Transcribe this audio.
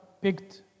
picked